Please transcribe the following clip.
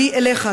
אליך,